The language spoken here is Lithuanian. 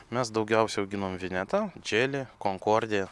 mes daugiausia auginam vinetą dželi konkordiją